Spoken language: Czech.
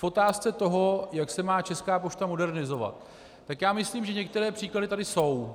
V otázce toho, jak se má Česká pošta modernizovat, tak já myslím, že některé příklady tady jsou.